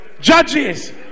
Judges